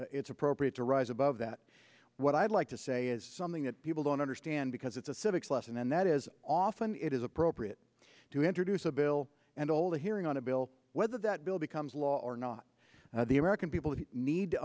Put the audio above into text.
it's appropriate to rise above that what i'd like to say is something that people don't understand because it's a civics lesson and that is often it is appropriate to introduce a bill and all the hearing on a bill whether that bill becomes law or not the american people need to